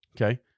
Okay